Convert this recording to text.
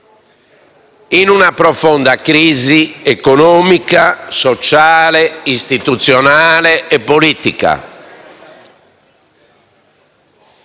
in una profonda crisi economica, sociale, istituzionale e politica;